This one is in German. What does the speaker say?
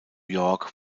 york